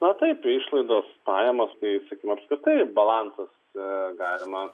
na taip išlaidos pajamos tai sakykim apskritai balansą galima